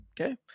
Okay